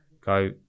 go